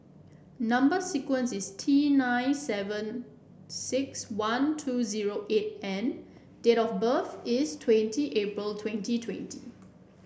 number sequence is T nine seven six one two zero eight N date of birth is twenty April twenty twenty